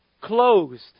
closed